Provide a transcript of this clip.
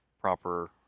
proper